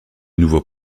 nouveau